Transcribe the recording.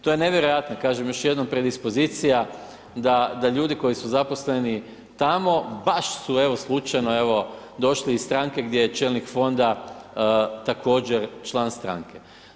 To je nevjerojatno kažem još jednom predispozicija da ljudi koji su zaposleni tamo baš su evo slučajno evo došli iz stranke gdje je čelnik fonda također član stranke.